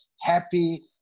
happy